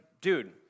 dude